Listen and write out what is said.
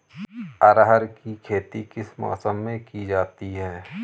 अरहर की खेती किस मौसम में की जाती है?